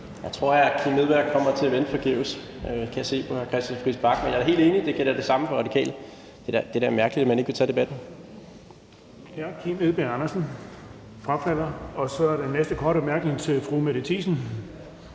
Jeg tror, at hr. Kim Edberg Andersen kommer til at vente forgæves. Det kan jeg se på hr. Christian Friis Bach. Men jeg er da helt enig i, at der gælder det samme for Radikale, og at det er mærkeligt, at man ikke vil tage debatten.